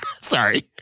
Sorry